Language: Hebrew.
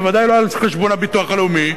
בוודאי לא על חשבון הביטוח הלאומי,